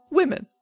women